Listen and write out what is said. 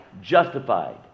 justified